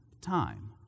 time